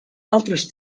altres